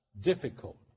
difficult